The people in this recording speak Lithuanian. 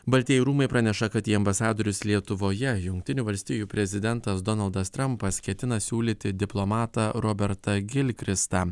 baltieji rūmai praneša kad į ambasadorius lietuvoje jungtinių valstijų prezidentas donaldas trampas ketina siūlyti diplomatą robertą gilkristą